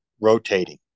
rotating